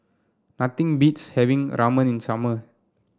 nothing beats having Ramen in ummer